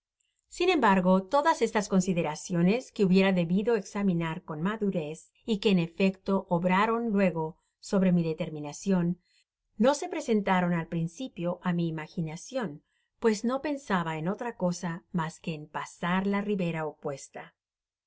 sin embargo todas estas consideraciones que hubiera debido examinar ea madurez y que en efecto obraron luego sobre mi determinacion no se presentaron al principio á mi imaginacion pues no pensaba en otra cosa mas que en pasar la ribera opuesta